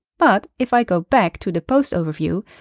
but, if i go back to the posts overview,